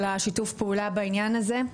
תודה רבה על שיתוף הפעולה בעניין הזה.